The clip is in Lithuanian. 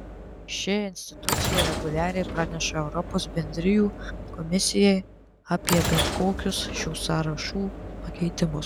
ši institucija reguliariai praneša europos bendrijų komisijai apie bet kokius šių sąrašų pakeitimus